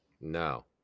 No